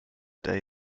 day